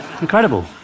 Incredible